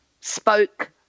spoke